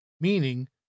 meaning